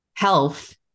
Health